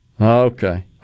Okay